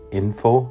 info